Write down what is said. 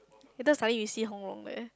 later suddenly you see Hong Rong there